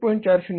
40 आहे